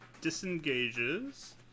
disengages